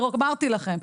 אמרתי לכם,